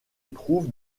retrouve